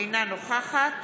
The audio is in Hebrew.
אינה נוכחת